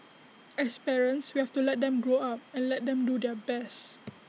as parents we have to let them grow up and let them do their best